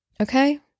Okay